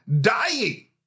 dying